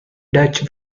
dutch